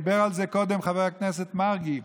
דיבר על זה קודם חבר הכנסת מרגי: